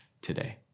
today